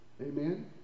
Amen